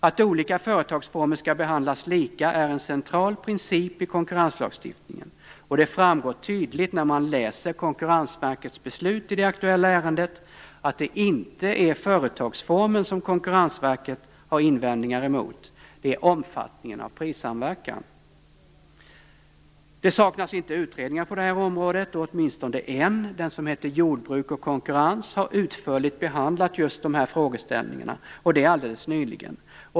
Att olika företagsformer skall behandlas lika är en central princip i konkurrenslagstiftningen. Och det framgår tydligt när man läser Konkurrensverkets beslut i det aktuella ärendet att det inte är företagsformen som Konkurrensverket har invändningar mot utan omfattningen av prissamverkan. Det saknas inte utredningar på det här området. Åtminstone en - den som heter Jordbruk och konkurrens - har utförligt behandlat just de här frågeställningarna, och det alldeles nyligen.